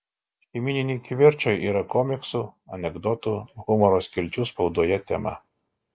šeimyniniai kivirčai yra komiksų anekdotų humoro skilčių spaudoje tema